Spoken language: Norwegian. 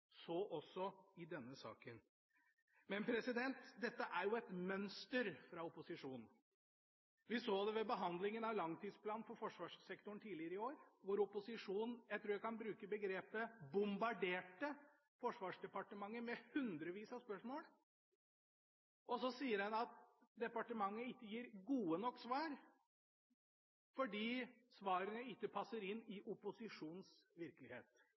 så også i denne saken. Dette er et mønster fra opposisjonen. Vi så det ved behandlingen av langtidsplanen for forsvarssektoren tidligere i år, hvor opposisjonen – jeg trur jeg kan bruke begrepet – bombarderte Forsvarsdepartementet med hundrevis av spørsmål. Og så sier den at departementet ikke gir gode nok svar fordi svarene ikke passer inn i opposisjonens virkelighet.